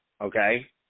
okay